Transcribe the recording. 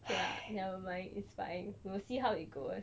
okay lah never mind it's like we'll see how it goes